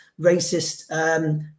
racist